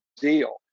Deal